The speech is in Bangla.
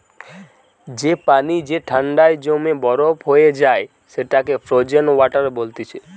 যে পানি যে ঠান্ডায় জমে বরফ হয়ে যায় সেটাকে ফ্রোজেন ওয়াটার বলতিছে